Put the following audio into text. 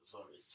Sorry